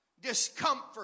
discomfort